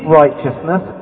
righteousness